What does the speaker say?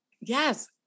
Yes